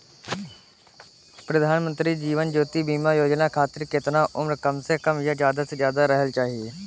प्रधानमंत्री जीवन ज्योती बीमा योजना खातिर केतना उम्र कम से कम आ ज्यादा से ज्यादा रहल चाहि?